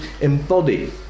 embody